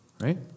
Right